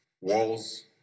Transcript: walls